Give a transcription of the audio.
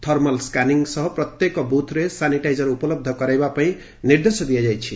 thermal scanning ସହ ପ୍ରତ୍ୟେକ ବୁଥ୍ରେ ସାନିଟାଇଜର୍ ଉପଲହ୍ଧ କରାଇବା ପାଇଁ ନିର୍ଦ୍ଦେଶ ଦିଆଯାଇଛି